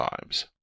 times